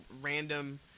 random